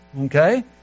okay